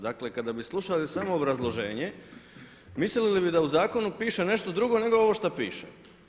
Dakle kada bi slušali samo obrazloženje mislili bi da u zakonu piše nešto drugo nego ovo što piše.